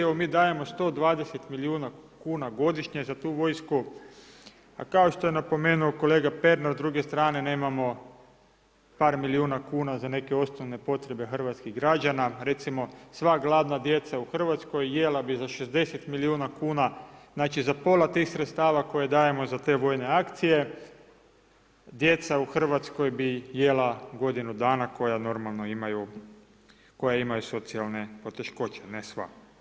Evo mi dajemo 120 milijuna kuna godišnje za tu vojsku, a kao što je napomenuo kolega Pernar, s druge strane, nemamo par milijuna kuna za neke osnovne potrebe hrvatskih građana, recimo, sva gladna djeca u Hrvatskoj jela bi za 60 milijuna kuna, znači za pola tih sredstava koja dajemo za te vojne akcije, djeca u Hrvatskoj bi jela godinu dana, koja normalno imaju, koja imaju socijalne poteškoće, ne sva.